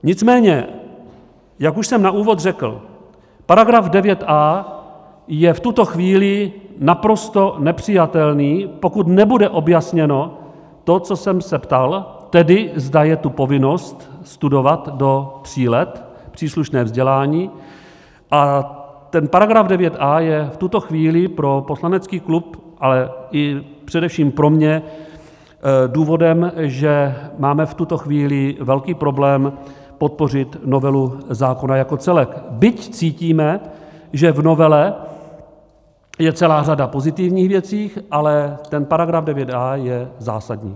Nicméně, jak už jsem na úvod řekl, § 9a je v tuto chvíli naprosto nepřijatelný, pokud nebude objasněno to, co jsem se ptal, tedy zda je tu povinnost studovat do tří let příslušné vzdělání, a ten § 9a je v tuto chvíli pro poslanecký klub, ale i především pro mě důvodem, že máme v tuto chvíli velký problém podpořit novelu zákona jako celek, byť cítíme, že v novele je celá řada pozitivních věcí, ale ten § 9a je zásadní.